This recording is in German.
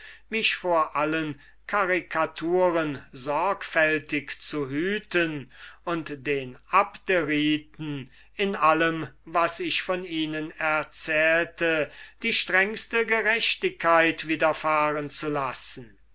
mich vor allen karikaturen sorgfältig zu hüten und den abderiten in allem was ich von ihnen erzählte die strengste gerechtigkeit widerfahren zu lassen